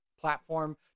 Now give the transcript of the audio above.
platform